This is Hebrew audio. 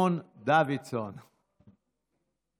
כנסת נכבדה, מכובדיי